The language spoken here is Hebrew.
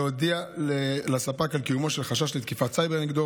להודיע לספק על קיומו של חשש לתקיפת סייבר נגדו,